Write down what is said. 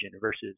versus